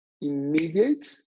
immediate